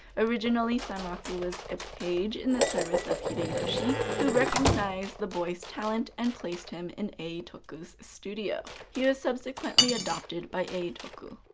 originally, sanraku was a page in the service of hideyoshi, who recognized the boy's talent and placed him in eitoku's studio. he was subsequently adopted by eitoku.